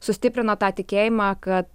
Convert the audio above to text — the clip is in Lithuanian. sustiprino tą tikėjimą kad